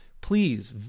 please